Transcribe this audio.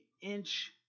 inch